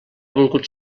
volgut